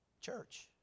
Church